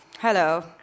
hello